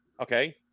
Okay